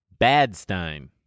Badstein